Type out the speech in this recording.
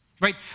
right